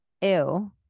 ew